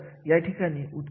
याचे सुद्धा महत्त्व असते